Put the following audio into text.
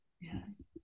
yes